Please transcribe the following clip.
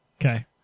Okay